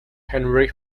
henry